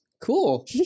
cool